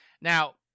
Now